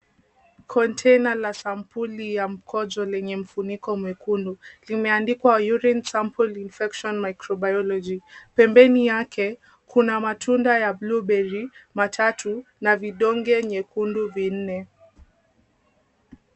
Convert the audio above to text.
Kontaina la sampuli ya mkojo lenye mfuniko mwekundu. Limeandikwa urine sample infection microbiology . Pembeni yake kuna matunda ya Blueberry matatu na vidonge nyekundu vinne.